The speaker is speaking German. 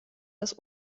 das